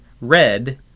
red